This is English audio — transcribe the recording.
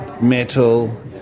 metal